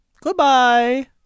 Goodbye